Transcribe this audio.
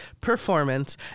performance